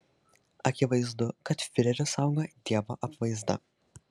akivaizdu kad fiurerį saugo dievo apvaizda